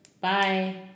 Bye